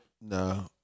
No